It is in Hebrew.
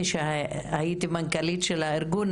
כשהייתי מנכ"לית של הארגון,